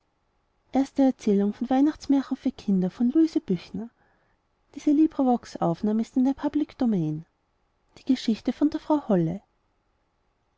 erzählung die geschichte von der frau holle